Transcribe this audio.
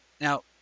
now